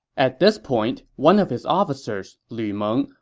at this point, one of his officers, lu meng,